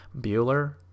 Bueller